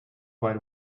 wide